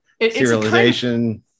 Serialization